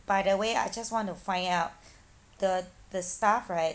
by the way I just want to find out the the staff right